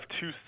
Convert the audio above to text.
two